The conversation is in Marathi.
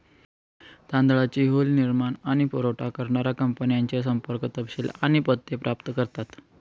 तांदळाची हुल निर्माण आणि पुरावठा करणाऱ्या कंपन्यांचे संपर्क तपशील आणि पत्ते प्राप्त करतात